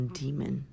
demon